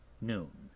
noon